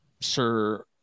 Sir